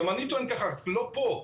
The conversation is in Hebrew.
גם אני טוען ככה, אבל לא פה.